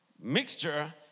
Mixture